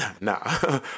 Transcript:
Nah